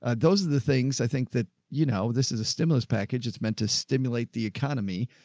ah those are the things i think that, you know, this is a stimulus package. it's meant to stimulate the economy.